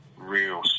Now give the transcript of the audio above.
real